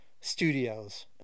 studios